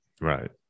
Right